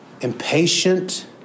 impatient